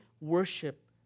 worship